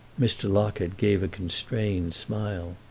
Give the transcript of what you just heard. mr. locket gave a constrained smile.